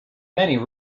many